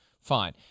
Fine